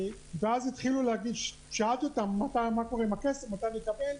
ואז שאלתי אותם: מה קורה עם הכסף, מתי נקבל,